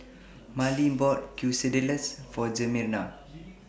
Marlin bought Quesadillas For Jimena